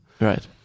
Right